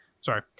Sorry